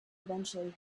eventually